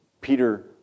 Peter